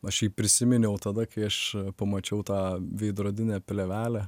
aš jį prisiminiau tada kai aš pamačiau tą veidrodinę plėvelę